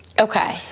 Okay